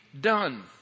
done